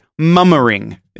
mummering